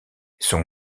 son